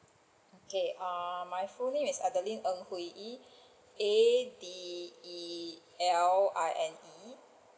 okay err my full name is adeline ng hui yee A D E L I N E